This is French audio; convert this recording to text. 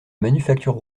manufacture